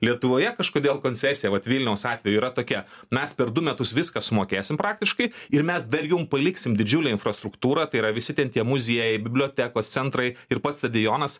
lietuvoje kažkodėl koncesija vat vilniaus atveju yra tokia mes per du metus viską sumokėsim praktiškai ir mes dar jum paliksime didžiulę infrastruktūrą tai yra visi ten tie muziejai bibliotekos centrai ir pats stadionas